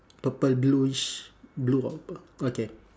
purple blueish blue or purple okay